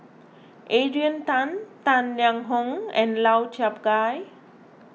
Adrian Tan Tang Liang Hong and Lau Chiap Khai